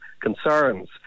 concerns